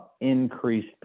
increased